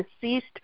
deceased